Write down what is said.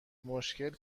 مشکل